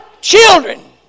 children